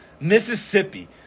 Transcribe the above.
Mississippi